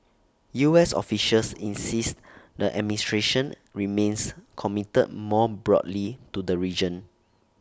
U S officials insist the administration remains committed more broadly to the region